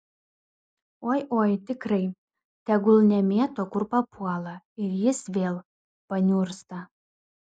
oi oi tikrai tegul nemėto kur papuola ir jis vėl paniursta